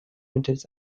mittels